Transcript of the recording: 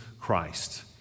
Christ